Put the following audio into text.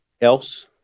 else